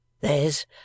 There's